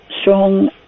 strong